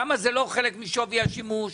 למה זה לא חלק משווי השימוש?